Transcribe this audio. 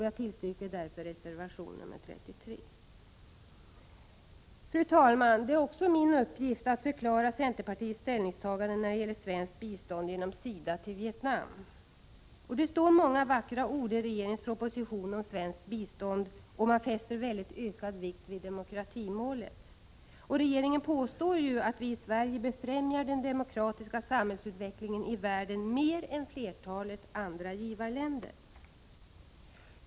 Jag yrkar bifall till reservation nr 33. Fru talman! Det är också min uppgift att förklara centerpartiets ställningstagande när det gäller svenskt bistånd genom SIDA till Vietnam. Det finns många vackra ord i regeringens proposition om svenskt bistånd. Man fäster i väldigt hög grad ökad vikt vid demokratimålet. Regeringen påstår att vi i Sverige befrämjar den demokratiska samhällsutvecklingen i världen mer än vad flertalet andra givarländer gör.